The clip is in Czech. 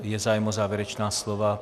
Je zájem o závěrečná slova?